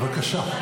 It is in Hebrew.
בבקשה.